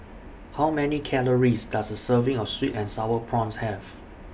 How Many Calories Does A Serving of Sweet and Sour Prawns Have